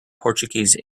portuguese